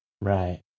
Right